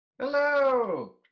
Hello